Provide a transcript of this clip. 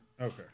Okay